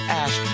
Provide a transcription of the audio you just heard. ash